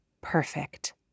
perfect